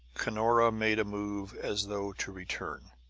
cunora made a move as though to return.